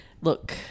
look